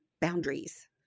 boundaries